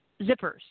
zippers